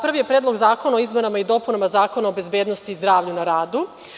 Prvi je Predlog zakona o izmenama i dopunama Zakona o bezbednosti i zdravlju na radu.